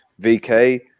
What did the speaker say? VK